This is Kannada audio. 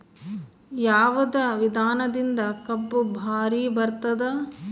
ಯಾವದ ವಿಧಾನದಿಂದ ಕಬ್ಬು ಭಾರಿ ಬರತ್ತಾದ?